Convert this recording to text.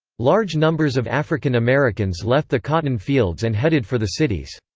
large numbers of african americans left the cotton fields and headed for the cities.